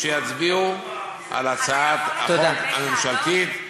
שיצביעו על הצעת החוק הממשלתית,